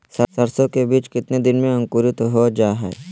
सरसो के बीज कितने दिन में अंकुरीत हो जा हाय?